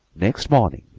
next morning,